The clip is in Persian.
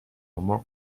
مرغ